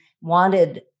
wanted